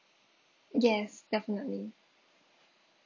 yes definitely